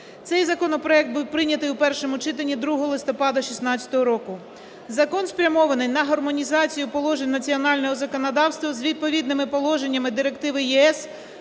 Цей законопроект був прийнятий у першому читанні 2 листопада 16-го року. Закон спрямований на гармонізацію положень національного законодавства з відповідними положеннями Директиви ЄС